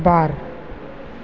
बार